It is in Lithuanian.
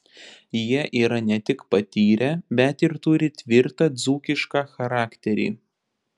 jie yra ne tik patyrę bet ir turi tvirtą dzūkišką charakterį